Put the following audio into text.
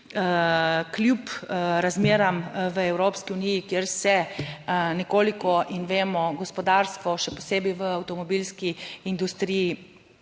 kljub razmeram v Evropski uniji, kjer se nekoliko in vemo gospodarstvo, še posebej v avtomobilski industriji,